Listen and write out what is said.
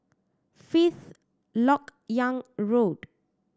Fifth Lok Yang Road